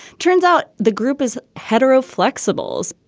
turns out the group is hetero flexibles.